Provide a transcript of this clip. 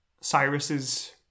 Cyrus's